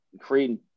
creating